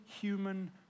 human